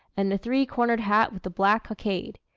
and a three-cornered hat with a black cockade.